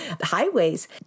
highways